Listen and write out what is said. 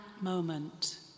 moment